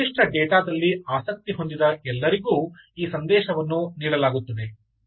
ಒಂದು ನಿರ್ದಿಷ್ಟ ಡೇಟಾದಲ್ಲಿ ಆಸಕ್ತಿ ಹೊಂದಿದ ಎಲ್ಲರಿಗೂ ಈ ಸಂದೇಶವನ್ನು ನೀಡಲಾಗುತ್ತದೆ